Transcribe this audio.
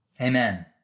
Amen